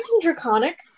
draconic